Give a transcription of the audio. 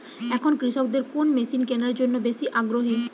এখন কৃষকদের কোন মেশিন কেনার জন্য বেশি আগ্রহী?